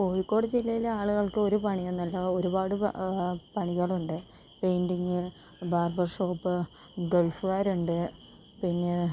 കോഴിക്കോട് ജില്ലയിലെ ആളുകൾക്ക് ഒരു പണിയൊന്നുമല്ല ഒരുപാടു പണികളുണ്ട് പെയിൻറ്റിങ് ബാർബർ ഷോപ്പ് ഗൾഫുകാരുണ്ട് പിന്നെ